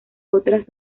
otras